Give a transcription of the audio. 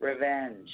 Revenge